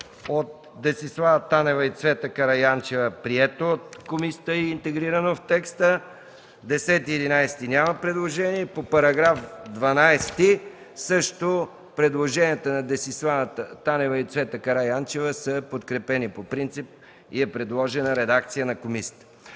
Десислава Танева и Цвета Караянчева, прието от комисията и интегрирано в текста; по § 10 и 11 няма предложения; по § 12 също предложенията на народните представители Десислава Танева и Цвета Караянчева са подкрепени по принцип и е предложена редакция на комисията.